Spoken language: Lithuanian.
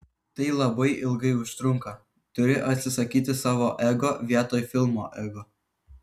tai labai ilgai užtrunka turi atsisakyti savo ego vietoj filmo ego